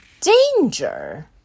danger